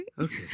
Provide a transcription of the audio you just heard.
Okay